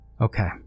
Okay